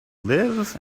live